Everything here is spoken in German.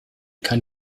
kann